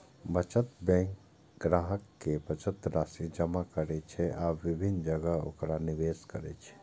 बचत बैंक ग्राहक के बचत राशि जमा करै छै आ विभिन्न जगह ओकरा निवेश करै छै